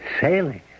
Sailing